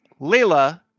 Layla